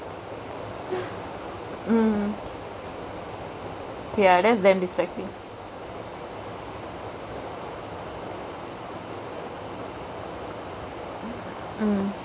mm ya that's damn distractingk